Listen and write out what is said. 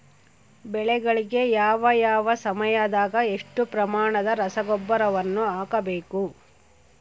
ಬೆಳೆಗಳಿಗೆ ಯಾವ ಯಾವ ಸಮಯದಾಗ ಎಷ್ಟು ಪ್ರಮಾಣದ ರಸಗೊಬ್ಬರವನ್ನು ಹಾಕಬೇಕು?